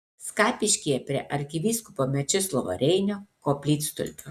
skapiškyje prie arkivyskupo mečislovo reinio koplytstulpio